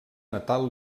natal